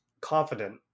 confident